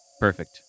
Perfect